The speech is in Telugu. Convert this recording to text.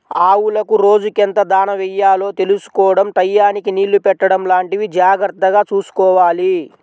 ఆవులకు రోజుకెంత దాణా యెయ్యాలో తెలుసుకోడం టైయ్యానికి నీళ్ళు పెట్టడం లాంటివి జాగర్తగా చూసుకోవాలి